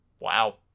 Wow